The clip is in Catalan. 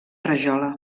rajola